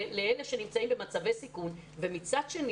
לאלה שנמצאים במצבי סיכון ומצד שני